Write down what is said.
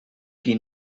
qui